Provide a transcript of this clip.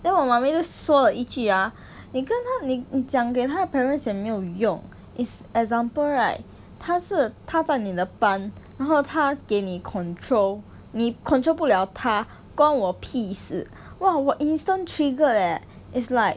then 我 mummy 就说了一句 ah 你跟他你你讲给他 parents 也没有用 is example right 他是他在你的班然后他给你 control 你 control 不了他关我屁事 !wah! 我 instant triggered leh it's like